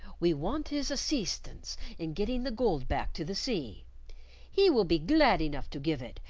we want his asseestance in getting the gold back to the sea he will be glad enough to give it,